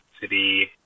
City